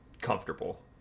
comfortable